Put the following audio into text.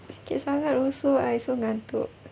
sikit sangat also I also ngantuk